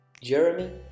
Jeremy